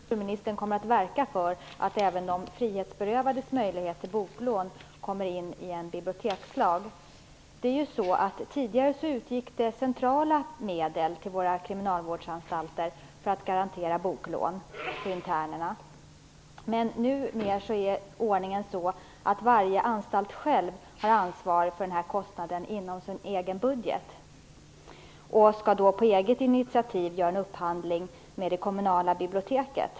Fru talman! Jag vill ställa min fråga till kulturministern. Jag undrar om kulturministern kommer att verka för att även de frihetsberövades möjligheter till boklån tas med i en bibliotekslag. Tidigare utgick centrala medel till våra kriminalvårdsanstalter för att garantera boklån för internerna. Numera har varje anstalt själv ansvar för den här kostnaden inom sin egen budget. På eget initiativ skall anstalten göra en upphandling med det kommunala biblioteket.